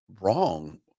wrong